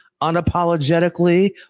unapologetically